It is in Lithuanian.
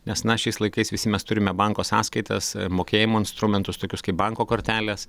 nes na šiais laikais visi mes turime banko sąskaitas mokėjimo instrumentus tokius kaip banko kortelės